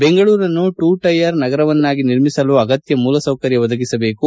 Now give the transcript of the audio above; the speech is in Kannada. ಬೆಂಗಳೂರನ್ನು ಟು ಟೈಯರ್ ನಗರವನ್ನಾಗಿ ನಿರ್ಮಿಸಲು ಅಗತ್ಯ ಮೂಲಸೌಕರ್ಯ ಒದಗಿಸಬೇಕು